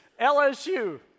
LSU